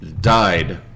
died